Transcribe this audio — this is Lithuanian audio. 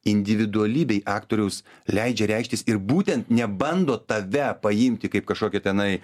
individualybei aktoriaus leidžia reikštis ir būtent nebando tave paimti kaip kažkokią tenai